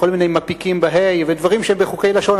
כל מיני מפיקים בה"א ודברים שהם בחוקי לשון,